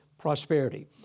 prosperity